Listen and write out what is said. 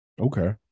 Okay